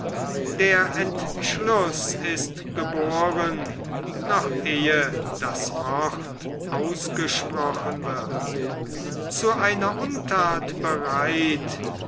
der entschluß ist geboren noch ehe das wort ausgesprochen wird zu einer unthat bereit